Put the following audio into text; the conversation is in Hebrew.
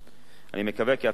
אני מקווה כי הצעת החוק,